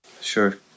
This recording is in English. Sure